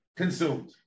consumed